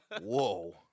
Whoa